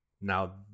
now